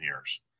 years